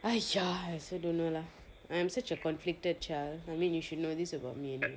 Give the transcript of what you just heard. !aiya! I also don't know lah I am such a conflicted child I mean you should know this about me lah